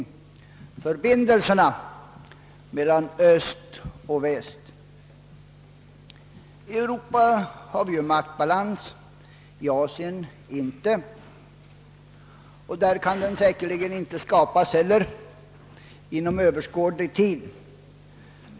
Dessa internationella organ nämns ju också i regeringsdeklarationen. I Europa har vi maktbalans, i Asien inte. Och i Asien kan säkerligen maktbalans inte heller skapas inom Ööverskådlig tid.